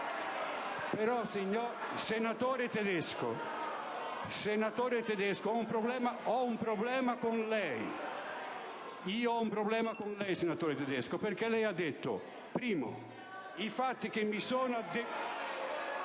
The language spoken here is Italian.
però, senatore Tedesco, ho un problema con lei, perché lei ha detto: primo, i fatti che mi sono